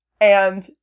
and-